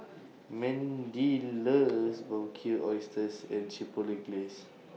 Mendy loves Barbecued Oysters and Chipotle Glaze